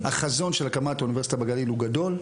החזון של הקמת אוניברסיטה בגליל הוא גדול,